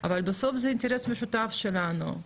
אבל בסוף זה אינטרס משותף שלנו.